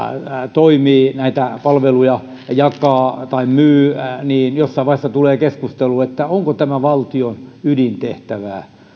toimii näitä palveluja jakaa tai myy jossain vaiheessa tulee keskustelu onko tämä valtion ydintehtävää